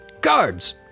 Guards